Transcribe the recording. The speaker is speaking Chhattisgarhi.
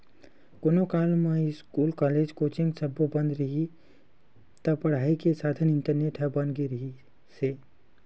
कोरोना काल म इस्कूल, कॉलेज, कोचिंग सब्बो बंद रिहिस हे त पड़ई के साधन इंटरनेट ह बन गे रिहिस हे